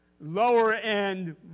lower-end